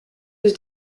was